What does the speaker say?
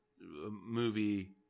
movie